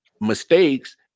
mistakes